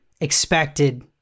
expected